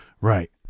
Right